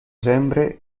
sempre